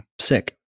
Sick